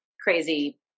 crazy